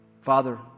Father